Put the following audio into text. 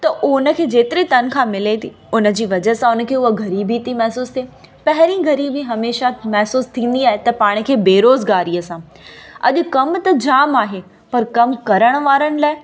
त उन जी जेतिरी तनख़्वाहु मिले थी उन जी वजह सां उन खे उहा ग़रीबी थी महिसूसु थिए पहिरीं ग़रीबी हमेशह महिसूसु थींदी आहे त पाण खे बेरोज़गारीअ सां अॼु कम त जाम आहे पर कम करण वारनि लाइ